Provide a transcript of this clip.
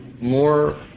more